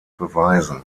beweisen